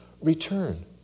return